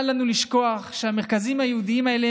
אל לנו לשכוח שהמרכזים היהודיים האלה